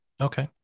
okay